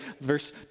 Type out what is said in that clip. verse